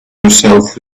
yourself